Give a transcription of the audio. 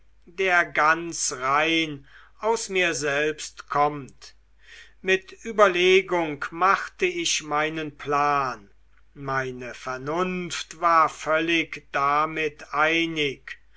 der ganz rein aus mir selbst kommt mit überlegung machte ich meinen plan meine vernunft war völlig damit einig